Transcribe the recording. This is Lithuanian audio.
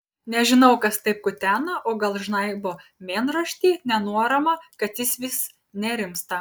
nežinau kas taip kutena o gal žnaibo mėnraštį nenuoramą kad jis vis nerimsta